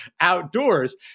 outdoors